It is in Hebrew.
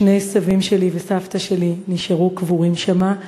שני סבים שלי וסבתא שלי נשארו קבורים שם,